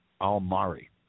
Al-Mari